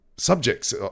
subjects